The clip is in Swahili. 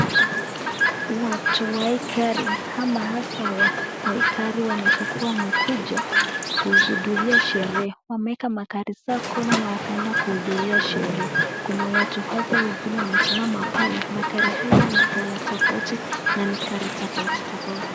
Watu wa hii gari ama hasa wa hii gari wanaweza kuwa wamekuja kushuhudilia sherehe. Wameeka magari zao corner na wakaenda kuhudhuria sherehe. Kuna watu hasa wengine wamesimama pale. Magari hayo ni color tofauti na ni gari tofauti tofauti.